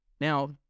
Now